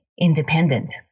independent